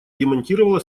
демонтировала